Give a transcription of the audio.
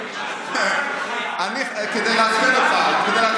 כדי לעצבן אותך.